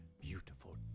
beautiful